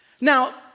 Now